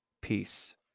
peace